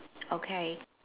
okay